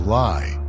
lie